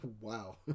wow